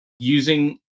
using